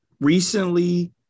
recently